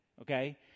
okay